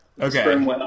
Okay